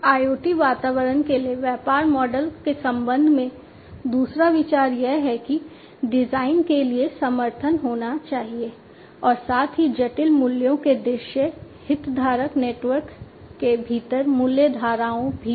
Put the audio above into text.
IoT वातावरण के लिए व्यापार मॉडल के संबंध में दूसरा विचार यह है कि डिजाइन के लिए समर्थन होना चाहिए और साथ ही जटिल मूल्यों के दृश्य हितधारक नेटवर्क के भीतर मूल्य धाराओं भी हैं